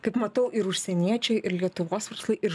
kaip matau ir užsieniečiai ir lietuvos verslai ir